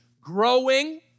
Growing